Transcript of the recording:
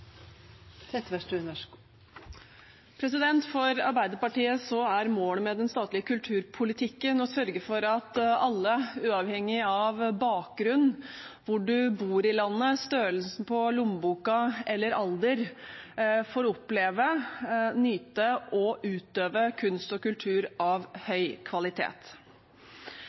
For Arbeiderpartiet er målet med den statlige kulturpolitikken å sørge for at alle, uavhengig av bakgrunn, hvor man bor i landet, størrelsen på lommeboka og alder, får oppleve, nyte og utøve kunst og kultur av høy kvalitet.